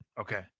Okay